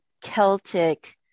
Celtic